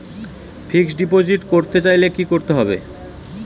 Fixed deposit করতে চাইলে কি করতে হবে?